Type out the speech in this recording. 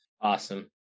Awesome